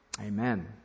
Amen